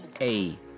a